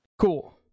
Cool